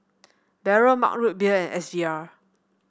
Barrel Mug Root Beer and S V R